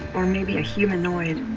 or maybe a humanoid?